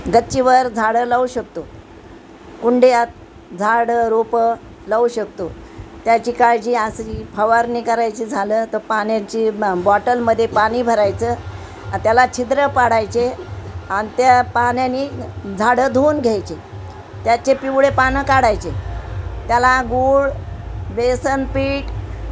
गच्चीवर झाडं लावू शकतो कुंडयात झाडं रोपं लावू शकतो त्याची काळजी आसरी फवारणी करायची झालं तर पाण्याची बा बॉटलमध्ये पाणी भरायचं त्याला छिद्रं पाडायचे आणि त्या पाण्यानी झाडं धुवून घ्यायचे त्याचे पिवळे पानं काढायचे त्याला गूळ बेसन पीठ